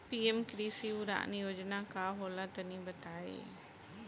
PM कृषि उड़ान योजना का होला तनि बताई?